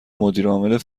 مدیرعامل